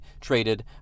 traded